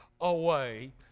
away